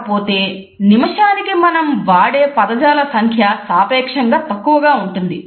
కాకపోతే నిమిషానికి మనం వాడే పదజాల సంఖ్య సాపేక్షంగా తక్కువగా ఉంటుంది